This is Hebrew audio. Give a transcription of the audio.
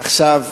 עכשיו,